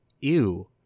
ew